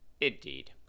Indeed